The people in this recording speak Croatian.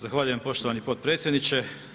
Zahvaljujem poštovani potpredsjedniče.